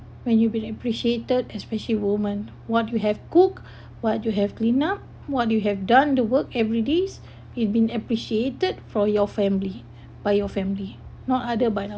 when you been appreciated especially women what you have cook what you have clean up what you have done the work every days it been appreciated for your family by your family not other by